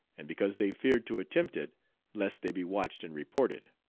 and because they feared to attempt it lest they be watched and reported.